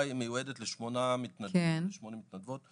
היא מיועדת לשמונה מתנדבים או שמונה מתנדבות.